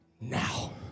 now